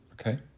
Okay